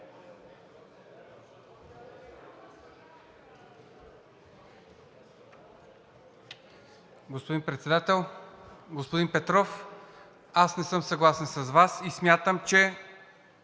Господин Председател. Господин Петров, не съм съгласен с Вас и смятам, че